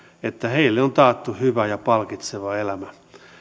että heille on taattu hyvä ja palkitseva elämä